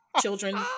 children